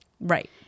Right